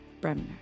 Bremner